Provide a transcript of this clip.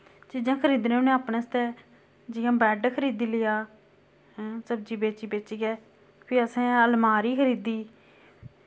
चीजां खरीदने होने अपने आस्तै जि'यां बैड खरीदी लेआ हैं सब्जी बेची बेचियै फ्ही असैं अलमारी खरीदी